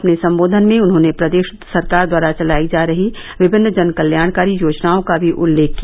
अपने संबोधन में उन्होंने प्रदेश सरकार द्वारा चलायी जा रही विभिन्न जनकल्याणकारी योजनाओं का भी उल्लेख किया